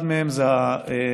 אחד מהם זה הסוכר,